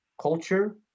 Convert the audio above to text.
culture